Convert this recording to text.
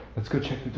let's go check